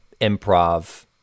improv